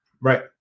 Right